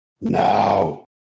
Now